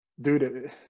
dude